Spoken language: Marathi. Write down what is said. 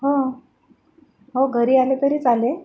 हो हो घरी आले तरी चालेल